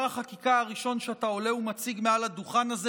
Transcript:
החקיקה הראשון שאתה עולה ומציג מעל הדוכן הזה,